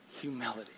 humility